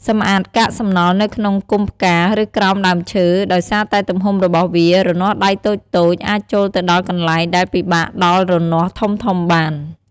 សម្អាតកាកសំណល់នៅក្នុងគុម្ពផ្កា ឬក្រោមដើមឈើ ដោយសារតែទំហំរបស់វា រនាស់ដៃតូចៗអាចចូលទៅដល់កន្លែងដែលពិបាកដល់រនាស់ធំៗបាន។